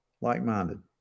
Like-minded